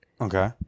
Okay